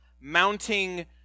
mounting